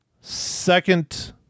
second